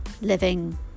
living